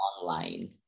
online